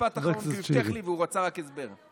משפט אחרון, כי הוא הבטיח לי והוא רק רצה הסבר.